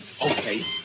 Okay